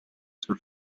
sur